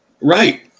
Right